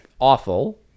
awful